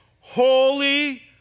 Holy